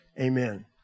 Amen